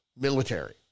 military